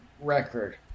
record